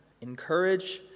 Encourage